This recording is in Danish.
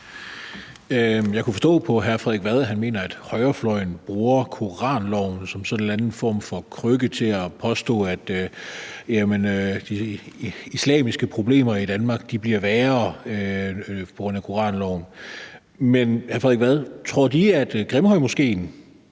Jeg kunne forstå på hr. Frederik Vad, at han mener, at højrefløjen bruger koranloven som en eller anden form for krykke til at påstå, at problemer relateret til islam i Danmark bliver værre på grund af koranloven. Men tror hr. Frederik Vad, at de i Grimhøjmoskeén,